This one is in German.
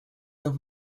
noch